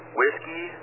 Whiskey